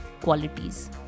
qualities